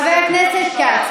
חבר הכנסת כץ,